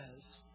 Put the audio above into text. says